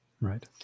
Right